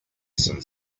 some